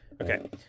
Okay